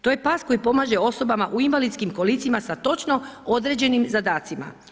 To je pas koji pomaže osobama u invalidskim kolicima sa točno određenim zadacima.